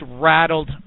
rattled